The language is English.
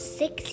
six